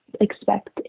expect